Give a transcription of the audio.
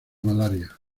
malaria